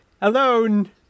alone